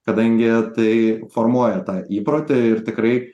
kadangi tai formuoja tą įprotį ir tikrai